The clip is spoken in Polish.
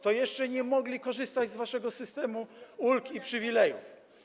to jeszcze nie mogli korzystać z waszego systemu ulg i przywilejów.